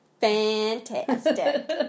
Fantastic